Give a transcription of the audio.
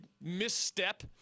misstep